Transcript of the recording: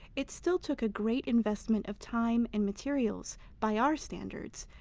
it still took a great investment of time and materials, by our standards,